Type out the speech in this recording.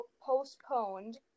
postponed